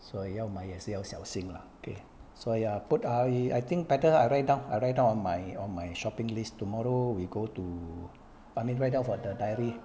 所以要买也是要小心 lah okay 所以 put how 以 I think better I write down I write down on my on my shopping list tomorrow we go to write it down for the diary